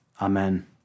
Amen